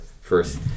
first